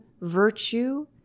virtue